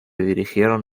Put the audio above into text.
dirigieron